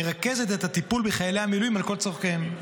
מרכזת את הטיפול בחיילי המילואים על כל צורכיהם.